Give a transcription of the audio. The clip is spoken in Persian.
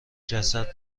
جسد